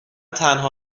تنها